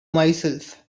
myself